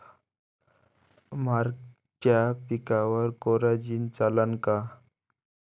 मक्याच्या पिकावर कोराजेन चालन का?